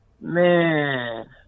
man